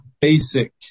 basic